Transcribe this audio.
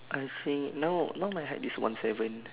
I think now now my height is one seven